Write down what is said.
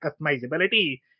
customizability